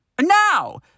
now